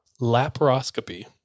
laparoscopy